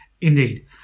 Indeed